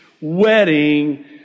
wedding